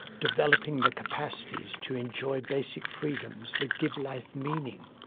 developing the capacities to enjoy basic freedoms that give life meaning